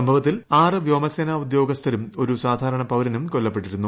സംഭവത്തിൽ ആറ് വ്യോമസേന ഉദ്യോഗസ്ഥരും ഒരു സാധാരണ പൌരനും കൊല്ലപ്പെട്ടിരുന്നു